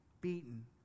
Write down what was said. beaten